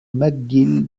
mcgill